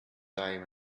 time